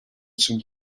some